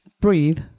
Breathe